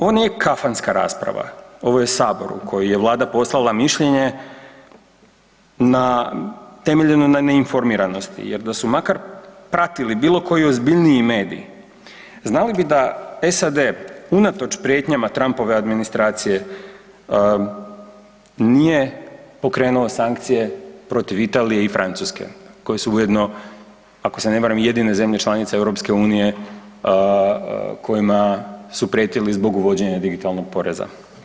Ovo nije kafanska rasprava, ovo je Sabor u koji je Vlada poslala mišljenje temeljeno na neinformiranosti jer da su makar pratili bilo koji ozbiljniji medij, znali bi da SAD unatoč prijetnjama Trumpove administracije nije pokrenuo sankcije protiv Italije i Francuske, koje su ujedno, ako se ne varam, jedine zemlje članice EU kojima su prijetili zbog uvođenja digitalnog poreza.